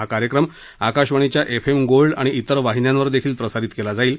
हा कार्यक्रम आकाशवाणीच्या एफ एम गोल्ड आणि इतर वाहिन्यांवर देखील प्रसारित केला जाईल